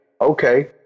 okay